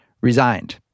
resigned